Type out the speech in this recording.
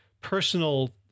personal